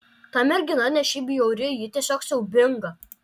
ta mergina ne šiaip bjauri ji tiesiog siaubinga